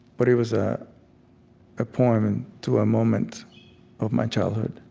but it was a poem and to a moment of my childhood.